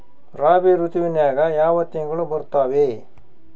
ರಾಬಿ ಋತುವಿನ್ಯಾಗ ಯಾವ ತಿಂಗಳು ಬರ್ತಾವೆ?